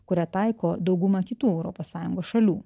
kurią taiko dauguma kitų europos sąjungos šalių